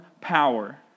power